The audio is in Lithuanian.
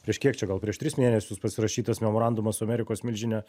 prieš kiek čia gal prieš tris mėnesius pasirašytas memorandumas su amerikos milžine